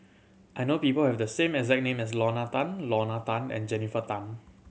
I know people who have the same as name as Lorna Tan Lorna Tan and Jennifer Tham